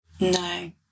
No